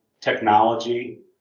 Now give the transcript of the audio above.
technology